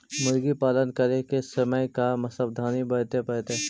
मुर्गी पालन करे के समय का सावधानी वर्तें पड़तई?